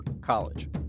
college